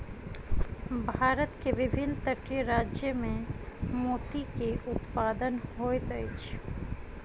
भारत के विभिन्न तटीय राज्य में मोती के उत्पादन होइत अछि